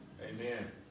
Amen